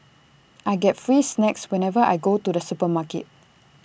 I get free snacks whenever I go to the supermarket